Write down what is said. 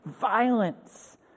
Violence